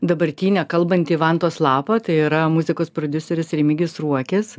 dabartinė kalbanti vantos lapą tai yra muzikos prodiuseris remigijus ruokis